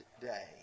day